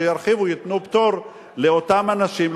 שייתנו פטור לאותם אנשים,